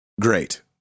great